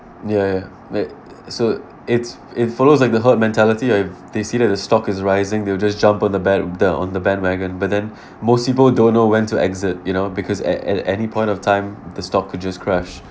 ya ya like so it's it follows like the herd mentality ah they see that the stock is rising they will just jump on the band the on the bandwagon but then most people don't know when to exit you know because at at any point of time the stock could just crash